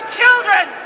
children